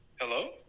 Hello